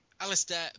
Alistair